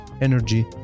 energy